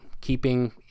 keeping